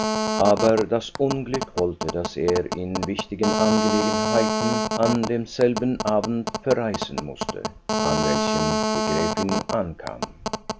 aber das unglück wollte daß er in wichtigen angelegenheiten an demselben abend verreisen mußte an welchem die gräfin ankam